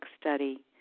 Study